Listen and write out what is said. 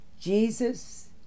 Jesus